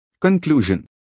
Conclusion